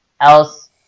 else